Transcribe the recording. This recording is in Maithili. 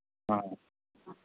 हँ